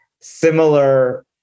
similar